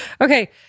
okay